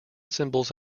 symbols